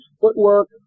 Footwork